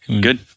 good